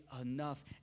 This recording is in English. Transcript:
enough